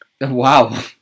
Wow